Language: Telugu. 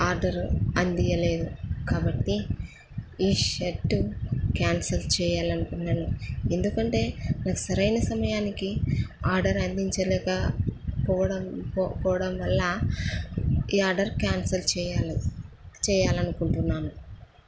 ఆర్డర్ అందియ్యలేదు కాబట్టి ఈ షర్టు క్యాన్సిల్ చేయాలనుకున్నాను ఎందుకంటే నాకు సరైన సమయానికి ఆర్డర్ అందించలేక పోవడం పోవడం వల్ల ఈ ఆర్డర్ క్యాన్సిల్ చేయాలి చేయాలి అనుకుంటున్నాను